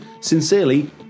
Sincerely